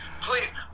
Please